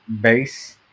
base